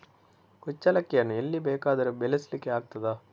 ಕುಚ್ಚಲಕ್ಕಿಯನ್ನು ಎಲ್ಲಿ ಬೇಕಾದರೂ ಬೆಳೆಸ್ಲಿಕ್ಕೆ ಆಗ್ತದ?